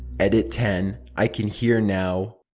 edit ten i can hear now.